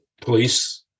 police